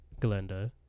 Glenda